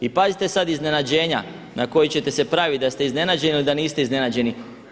I pazite sad iznenađenja na koji ćete se pravit da ste iznenađeni ili da niste iznenađeni.